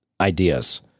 ideas